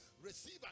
Receive